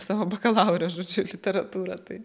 savo bakalaure žodžiu literatūra tai